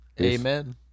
Amen